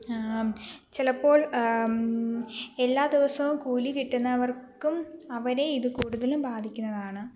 ചിലപ്പോൾ എല്ലാ ദിവസവും കൂലികിട്ടുന്നവർക്കും അവരേ ഇത് കൂടുതലും ബാധിക്കുന്നതാണ്